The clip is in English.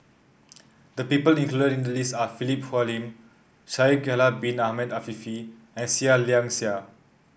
the people included in the list are Philip Hoalim Shaikh Yahya Bin Ahmed Afifi and Seah Liang Seah